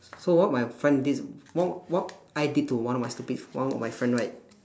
s~ so what my friend did what what I did to one of my stupid one of my friend right